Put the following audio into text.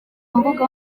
mbuga